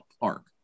park